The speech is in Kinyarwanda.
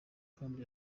kandi